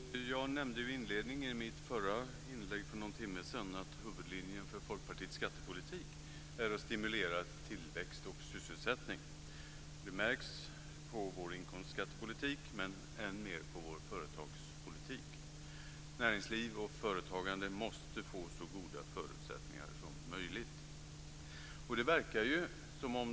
Fru talman! Jag nämnde inledningsvis i mitt anförande för någon timme sedan att huvudlinjen i Folkpartiets skattepolitik är att stimulera tillväxt och sysselsättning. Det märks på vår inkomstskattepolitik men än mer på vår företagspolitik. Näringsliv och företagande måste få så goda förutsättningar som möjligt.